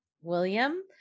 William